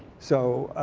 so,